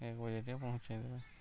ଏକ୍ ବଜେ ଟିକେ ପହଞ୍ଚେଇ ଦେବେ